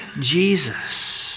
Jesus